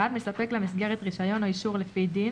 (1) מספק למסגרת רישיון או אישור לפי דין